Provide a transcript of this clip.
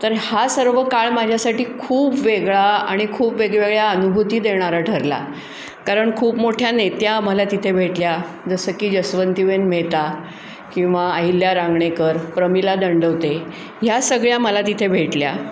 तर हा सर्व काळ माझ्यासाठी खूप वेगळा आणि खूप वेगवेगळ्या अनुभूती देणारा ठरला कारण खूप मोठ्या नेत्या मला तिथे भेटल्या जसं की जसवंतीबेन मेहता किंवा अहिल्या रांगणेकर प्रमिला दंडवते ह्या सगळ्या मला तिथे भेटल्या